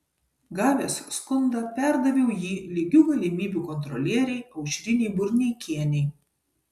gavęs skundą perdaviau jį lygių galimybių kontrolierei aušrinei burneikienei